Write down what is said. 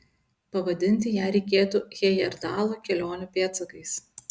pavadinti ją reikėtų hejerdalo kelionių pėdsakais